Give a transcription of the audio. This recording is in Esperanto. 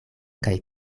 kaj